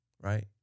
right